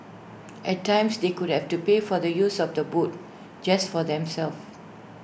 at times they could have to pay for the use of the boat just for themselves